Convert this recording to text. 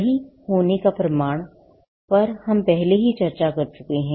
सही होने का प्रमाण पर हम पहले ही चर्चा कर चुके हैं